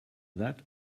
that